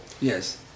Yes